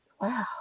Wow